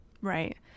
Right